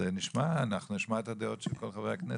אנחנו נשמע את הדעות של כל חברי הכנסת.